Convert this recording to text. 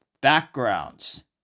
backgrounds